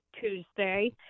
Tuesday